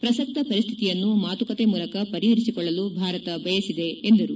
ಪ್ರಸಕ್ತ ಪರಿಸ್ತಿತಿಯನ್ನು ಮಾತುಕತೆ ಮೂಲಕ ಪರಿಹರಿಸಿಕೊಳ್ಲಲು ಭಾರತ ಬಯಸಿದೆ ಎಂದರು